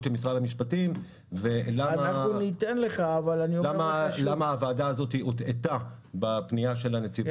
של משרד המשפטים ולמה הוועדה הזאת הוטעתה בפנייה של הנציבות.